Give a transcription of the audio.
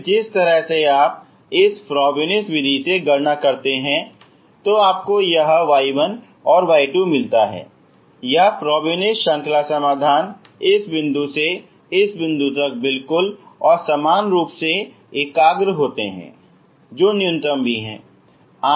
फिर जिस तरह से आप इस फ्रॉबेनियस विधि से गणना करते हैं आपको यह y1 y2 मिलता है यह फ्रॉबेनियस श्रृंखला समाधान इस बिंदु से इस बिंदु तक बिल्कुल और समान रूप से एकाग्र होते हैं जो न्यूनतम भी है